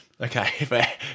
Okay